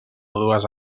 dues